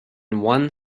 one